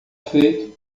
feito